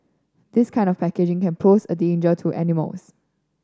this kind of packaging can pose a danger to animals